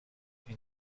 این